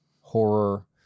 horror